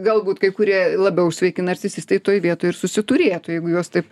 galbūt kai kurie labiau sveiki narcisistai toj vietoj ir susiturėtų jeigu juos taip